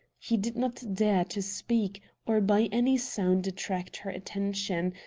he did not dare to speak, or by any sound attract her attention,